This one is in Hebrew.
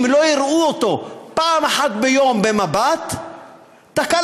אם לא הראו אותו פעם אחת ביום ב"מבט" תקלה,